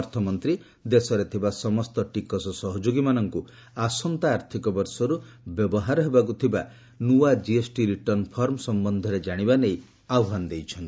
ଅର୍ଥମନ୍ତ୍ରୀ ଦେଶରେ ଥିବା ସମସ୍ତ ଟିକସ ସହଯୋଗୀମାନଙ୍କୁ ଆସନ୍ତା ଆର୍ଥିକ ବର୍ଷରୁ ବ୍ୟବହାର ହେବାକୁ ଥିବା ନ୍ତଆ ଜିଏସ୍ଟି ରିଟର୍ଣ୍ଣ ଫର୍ମ ସମ୍ବନ୍ଧରେ ଜାଣିବା ନେଇ ଆହ୍ୱାନ ଦେଇଛନ୍ତି